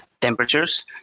temperatures